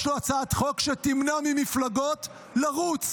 יש לו הצעת חוק שתמנע ממפלגות לרוץ,